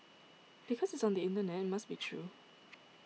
because it's on the internet it must be true